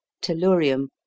tellurium